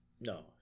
No